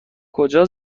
کجا